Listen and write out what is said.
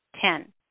Ten